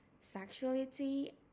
sexuality